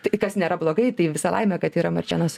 tai kas nėra blogai tai visa laimė kad yra marčėnas